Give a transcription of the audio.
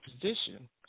position